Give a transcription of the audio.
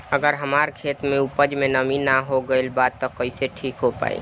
अगर हमार खेत में उपज में नमी न हो गइल बा त कइसे ठीक हो पाई?